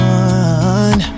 one